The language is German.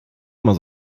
immer